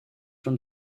from